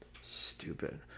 Stupid